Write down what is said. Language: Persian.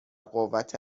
قوت